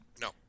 No